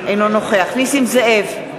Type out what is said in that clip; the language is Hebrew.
אינו נוכח נסים זאב,